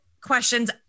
questions